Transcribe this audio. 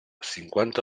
cinquanta